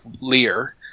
Lear